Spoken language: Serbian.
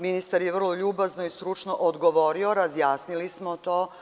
Ministar je vrlo ljubazno i stručno odgovorio, razjasnili smo to.